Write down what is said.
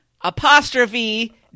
apostrophe